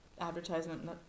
advertisement